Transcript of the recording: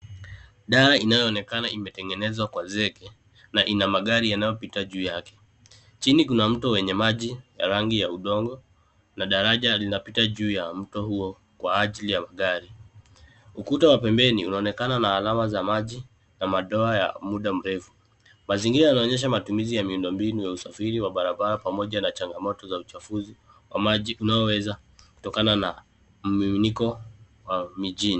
Daraja linaonekana limetengenezwa kwa zege. Lina magari yanayopita juu yake. Chini kuna mto wenye maji ya rangi ya udongo na daraja linapita juu ya mto huo kwa ajili ya gari. Ukuta wa pembeni unaonekana na alama za maji na madoa ya muda mrefu. Mazingira yanaonyesha matumizi ya miundo mbinu ya usafiri wa barabara pamoja na changamoto za uchafuzi wa maji unaoweza kutokana na mmomonyoko wa mijini.